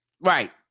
right